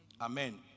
Amen